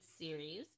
series